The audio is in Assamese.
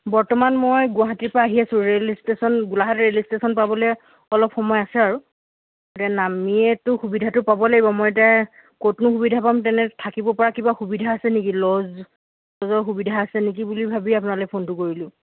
বৰ্তমান মই গুৱাহাটীৰ পৰা আহি আছোঁ rail station Golaghat rail station পাবলৈ অলপ সময় আছে আৰু এতিয়া নামিয়েতো সুবিধাটো পাব লাগিব মই এতিয়া ক'তনো সুবিধা পাম তেনে থাকিব পৰা কিবা সুবিধা আছে নেকি লজ লজৰ সুবিধা আছে নেকি বুলি ভাবি আপোনালৈ ফোনটো কৰিলোঁ